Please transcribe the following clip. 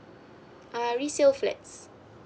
err resale flats